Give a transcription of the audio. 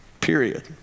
Period